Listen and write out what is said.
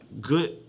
good